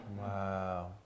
Wow